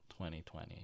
2020